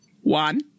one